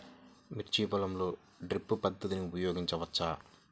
మిర్చి పొలంలో డ్రిప్ పద్ధతిని ఉపయోగించవచ్చా?